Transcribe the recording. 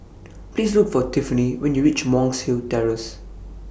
Please Look For Tiffany when YOU REACH Monk's Hill Terrace